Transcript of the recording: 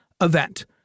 event